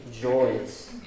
joys